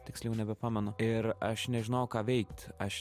tiksliau nebepamenu ir aš nežinojau ką veikt aš